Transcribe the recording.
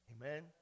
Amen